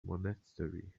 monastery